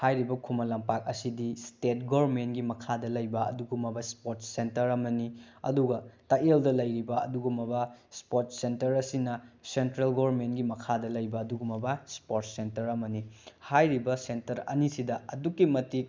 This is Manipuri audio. ꯍꯥꯏꯔꯤꯕ ꯈꯨꯃꯟ ꯂꯝꯄꯥꯛ ꯑꯁꯤꯗꯤ ꯁ꯭ꯇꯦꯠ ꯒꯣꯔꯃꯦꯟꯒꯤ ꯃꯈꯥꯗ ꯂꯩꯕ ꯑꯗꯨꯒꯨꯝꯂꯕ ꯁ꯭ꯄꯣꯔꯠ ꯁꯦꯟꯇꯔ ꯑꯃꯅꯤ ꯑꯗꯨꯒ ꯇꯥꯛꯌꯦꯜꯗ ꯂꯩꯔꯤꯕ ꯑꯗꯨꯒꯝꯂꯕ ꯁ꯭ꯄꯣꯔꯠ ꯁꯦꯟꯇꯔ ꯑꯁꯤꯅ ꯁꯦꯟꯇ꯭ꯔꯦꯜ ꯒꯣꯔꯃꯦꯟꯒꯤ ꯃꯈꯥꯗ ꯂꯩꯕ ꯑꯗꯨꯒꯨꯝꯂꯕ ꯁ꯭ꯄꯣꯔꯠ ꯁꯦꯟꯇꯔ ꯑꯃꯅꯤ ꯍꯥꯏꯔꯤꯕ ꯁꯦꯟꯇꯔ ꯑꯅꯤꯁꯤꯗ ꯑꯗꯨꯛꯀꯤ ꯃꯇꯤꯛ